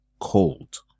cold